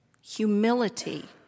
humility